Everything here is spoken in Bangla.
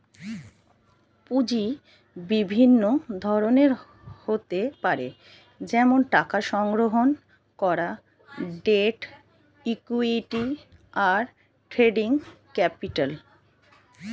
পুঁজি বিভিন্ন ধরনের হতে পারে যেমন টাকা সংগ্রহণ করা, ডেট, ইক্যুইটি, আর ট্রেডিং ক্যাপিটাল